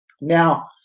Now